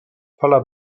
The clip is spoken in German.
voller